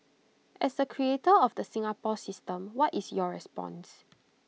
as A creator of the Singapore system what is your response